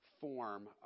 form